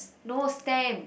no stamps